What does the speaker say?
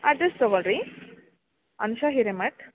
address ತಗೊಳ್ರಿ ಅಂಶ ಹಿರೇಮಠ್